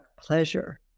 pleasure